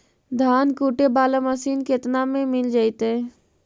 धान कुटे बाला मशीन केतना में मिल जइतै?